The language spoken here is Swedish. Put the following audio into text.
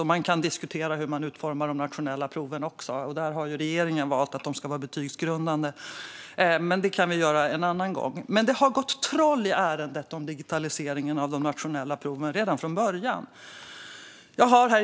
Vi kan också diskutera hur man utformar de nationella proven - regeringen har valt att de ska vara betygsgrundande - men det kan vi göra en annan gång. Men det har gått troll i ärendet om digitaliseringen av de nationella proven. Det gjorde det redan från början.